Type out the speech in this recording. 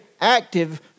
active